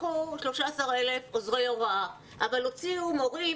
לקחו 13,000 עוזרי הוראה אבל הוציאו מורים